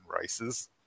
races